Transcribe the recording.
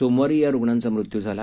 सोमवारी या रुग्णांचा मृत्यू झाला